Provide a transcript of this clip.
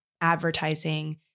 advertising